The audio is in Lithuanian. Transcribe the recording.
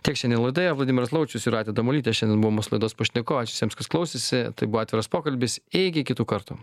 tiek šiandien laidoje vladimiras laučius jūratė damulytė šiandien buvo mūsų laidos pašnekovai ačiū visiems kas klausėsi tai buvo atviras pokalbis iki kitų kartų